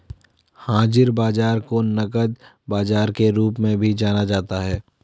हाज़िर बाजार को नकद बाजार के रूप में भी जाना जाता है